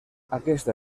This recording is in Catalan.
aquesta